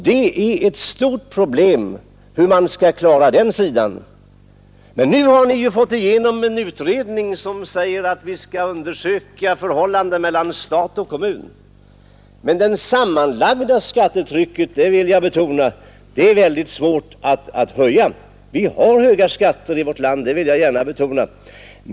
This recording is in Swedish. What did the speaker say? Det är ett stort problem hur man skall klara den sidan. Men nu har ni ju fått igenom en utredning som skall undersöka kostnadsfördelningen mellan stat och kommun. Jag vill dock betona att det är väldigt svårt att höja det sammanlagda skattetrycket. Vi har höga skatter i vårt land, det vill jag gärna erkänna.